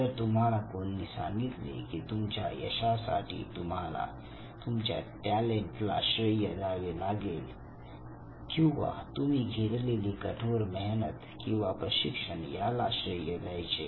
जर तुम्हाला कोणी सांगितले की तुमच्या यशासाठी तुम्हाला तुमच्या टॅलेंट ला श्रेय द्यावे लागेल किंवा तुम्ही घेतलेली कठोर मेहनत किंवा प्रशिक्षण याला श्रेय द्यायचे